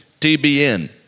TBN